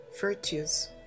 virtues